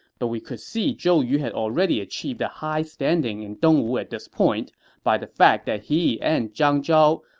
but we could see zhou yu had already achieved a high standing in dongwu at this point by the fact that he and zhang zhao,